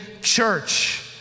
church